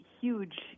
huge